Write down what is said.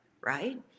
Right